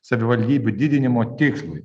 savivaldybių didinimo tikslui